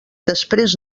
després